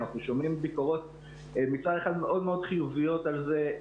אנחנו שומעים ביקורות מצד אחד מאוד מאוד חיוביות על זה,